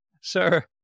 sir